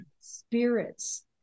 spirits